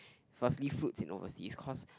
firstly fruits in overseas cause